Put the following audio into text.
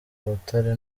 butare